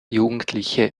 jugendliche